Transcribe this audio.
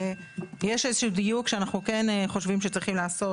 יש איזה שהוא דיוק שאנחנו כן חושבים שצריך לעשות